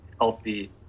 healthy